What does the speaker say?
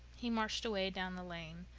he marched away down the lane,